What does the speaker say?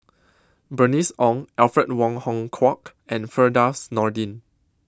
Bernice Ong Alfred Wong Hong Kwok and Firdaus Nordin